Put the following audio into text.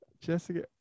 Jessica